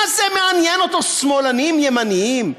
מה זה מעניין אותו שמאלנים, ימנים?